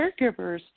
Caregivers